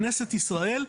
כנסת ישראל,